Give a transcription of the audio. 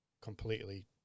completely